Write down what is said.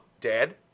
Dad